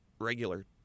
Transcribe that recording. regular